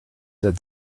said